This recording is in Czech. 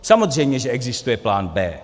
Samozřejmě že existuje plán B.